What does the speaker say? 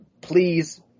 Please